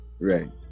Right